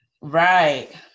right